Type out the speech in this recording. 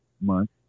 month